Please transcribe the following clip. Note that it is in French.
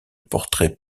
portraits